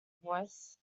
voice